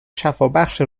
شفابخش